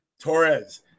torres